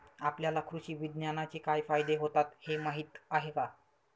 आपल्याला कृषी विज्ञानाचे काय फायदे होतात हे माहीत आहे का?